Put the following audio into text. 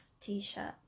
t-shirt